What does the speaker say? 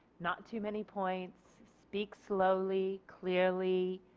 not too many points. speak slowly, clearly.